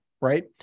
right